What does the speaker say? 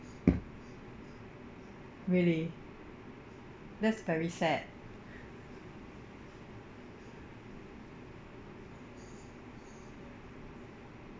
really that's very sad